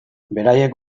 beraiek